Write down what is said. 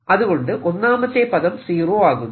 അതുകൊണ്ടു ഒന്നാമത്തെ പദം സീറോ ആകുന്നു